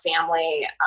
family